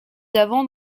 avant